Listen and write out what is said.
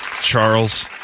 Charles